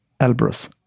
Elbrus